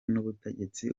n’ubutegetsi